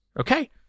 Okay